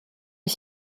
est